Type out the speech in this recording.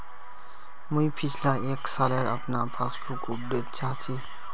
मुई पिछला एक सालेर अपना पासबुक अपडेट चाहची?